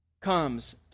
comes